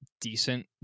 decent